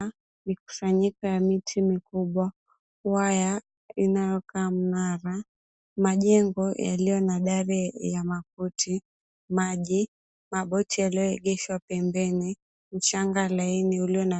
Mkusanyiko ya miti mikubwa, waya inayokaa mnara, majengo yalio na dari ya makuti, maji, maboti yalioegeshwa pembeni, mchanga laini....